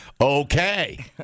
Okay